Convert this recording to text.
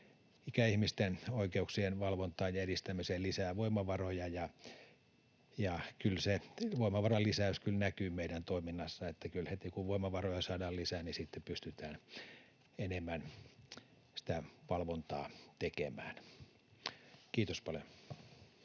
ikäihmisten oikeuksien valvontaan ja edistämiseen lisää voimavaroja. Se voimavaralisäys kyllä näkyy meidän toiminnassamme. Kyllä heti, kun voimavaroja saadaan lisää, pystytään enemmän sitä valvontaa tekemään. — Kiitos paljon.